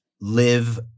live